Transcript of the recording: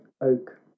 oak